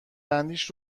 بندیش